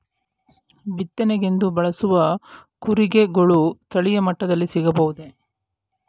ಬಿತ್ತನೆಗೆಂದು ಬಳಸುವ ಕೂರಿಗೆಗಳು ಸ್ಥಳೀಯ ಮಟ್ಟದಲ್ಲಿ ಸಿಗಬಹುದೇ?